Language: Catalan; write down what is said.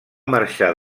marxar